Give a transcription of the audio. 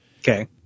Okay